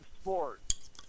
Sports